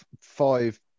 five